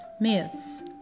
myths